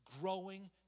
growing